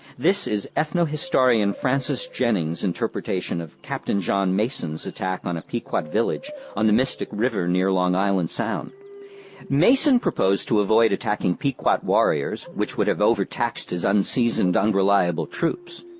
this is ethno historian francis jennings's interpretation of captain john mason's attack on a pequot village on the mystic river near long island sound mason proposed to avoid attacking pequot warriors, which would have overtaxed his unseasoned, unreliable troops.